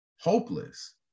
hopeless